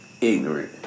Ignorant